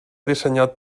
dissenyat